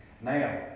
Now